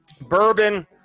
bourbon